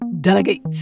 delegate